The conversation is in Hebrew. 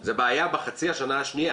זה בעיה בחצי השנה השני,